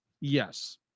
Yes